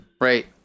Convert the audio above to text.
right